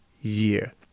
year